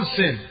sin